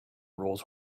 roles